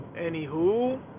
Anywho